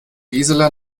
gisela